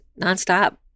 nonstop